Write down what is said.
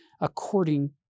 according